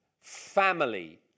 family